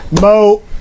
Mo